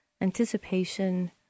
anticipation